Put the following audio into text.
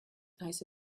nice